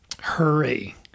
hurry